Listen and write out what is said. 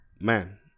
man